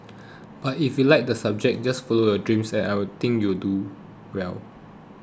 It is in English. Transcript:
but if you like the subject just follow your dreams and I think you'll do well